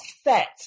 set